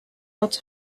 not